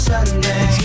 Sunday